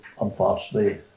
unfortunately